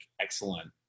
excellent